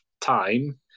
time